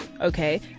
Okay